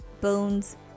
bones